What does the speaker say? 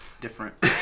different